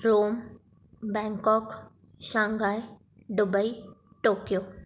Rome Bangkok Shanghai Dubai Tokyo